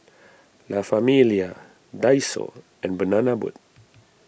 La Famiglia Daiso and Banana Boat